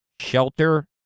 shelter